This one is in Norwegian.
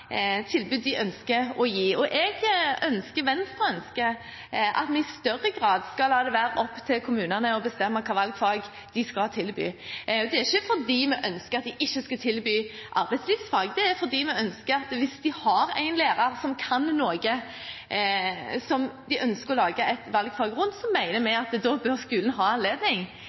tilbud de ønsker å gi. Venstre ønsker at vi i større grad skal la det være opp til kommunene å bestemme hvilke valgfag de skal tilby. Det er ikke fordi vi ønsker at de ikke skal tilby arbeidslivsfag, men det er fordi vi mener at hvis de har en lærer som kan noe som de ønsker å lage et valgfag rundt, så bør skolen ha anledning til å lage et valgfag rundt det som